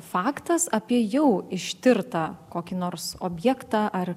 faktas apie jau ištirtą kokį nors objektą ar